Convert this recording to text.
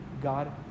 God